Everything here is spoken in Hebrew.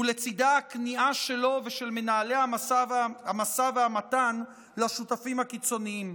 ולצידה הכניעה שלו ושל מנהלי המשא והמתן לשותפים הקיצוניים.